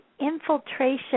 infiltration